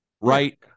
right